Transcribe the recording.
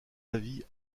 avis